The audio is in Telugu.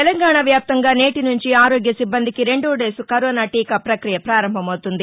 తెలంగాణ వ్యాప్తంగా నేటి నుంచి ఆరోగ్య సిబ్బందికి రెండో డోసు కరోనా టీకా ప్రక్రియ ప్రారంభమవుతుంది